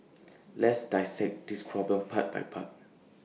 let's dissect this problem part by part